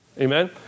Amen